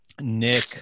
Nick